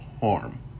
harm